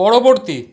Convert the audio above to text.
পরবর্তী